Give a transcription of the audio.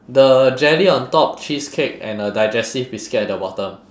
the jelly on top cheesecake and a digestive biscuit at the bottom